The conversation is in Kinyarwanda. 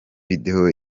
video